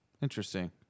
Interesting